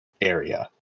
area